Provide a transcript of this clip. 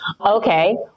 Okay